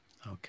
Okay